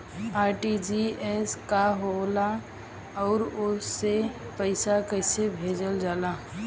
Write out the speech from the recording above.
RTGS का होला आउरओ से पईसा कइसे भेजल जला?